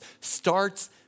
starts